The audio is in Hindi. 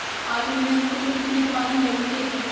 आलू में कुल कितने पानी लगते हैं?